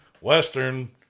Western